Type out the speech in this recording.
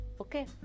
okay